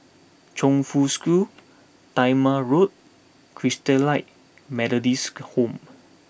Chongfu School Talma Road Christalite Methodist Home